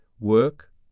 Work